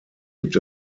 gibt